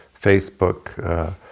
Facebook